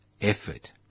effort